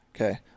okay